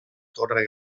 torre